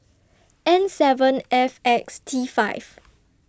N seven F X T five